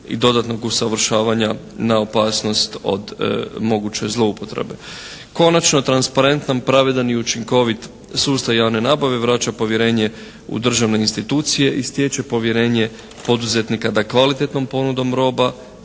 i dodatnog usavršavanja na opasnost od moguće zloupotrebe. Konačno transparentan, pravedan i učinkovit sustav javne nabave vraća povjerenje u državne institucije i stječe povjerenje poduzetnika da kvalitetnom ponudom roba